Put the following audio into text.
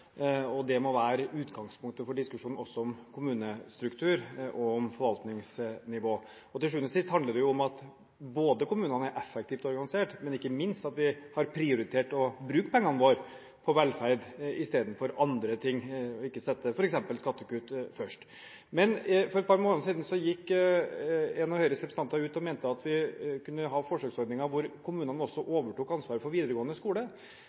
Det må være utgangspunktet også for diskusjonen om kommunestruktur og om forvaltningsnivå. Til sjuende og sist handler det jo om at kommunene er effektivt organisert, men ikke minst at vi har prioritert å bruke pengene våre på velferd istedenfor andre ting, og ikke setter f.eks. skattekutt først. For et par måneder siden gikk en av Høyres representanter ut og mente at vi kunne ha forsøksordninger hvor kommunene også overtok ansvaret for videregående skole.